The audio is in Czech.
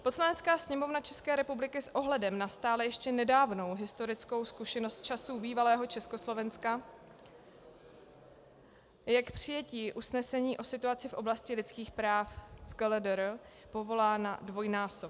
Poslanecká sněmovna České republiky s ohledem na stále ještě nedávnou historickou zkušenost z časů bývalého Československa je k přijetí usnesení o situaci v oblasti lidských práv v KLDR povolána dvojnásob.